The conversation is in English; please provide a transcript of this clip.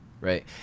right